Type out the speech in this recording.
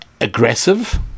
aggressive